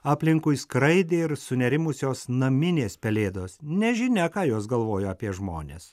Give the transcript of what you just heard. aplinkui skraidė ir sunerimusios naminės pelėdos nežinia ką jos galvojo apie žmones